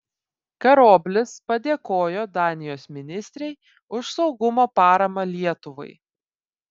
karoblis padėkojo danijos ministrei už saugumo paramą lietuvai